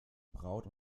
braut